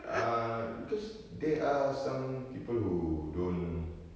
ah because there are some people who don't